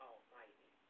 Almighty